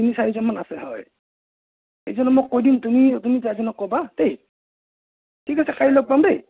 তিনি চাৰিজন মান আছে হয় সেইকেইজনক মই কৈ দিম তুমি তুমি কেইজনক ক'বা দেই ঠিক আছে কাইলৈ লগ পাম দেই